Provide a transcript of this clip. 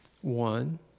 One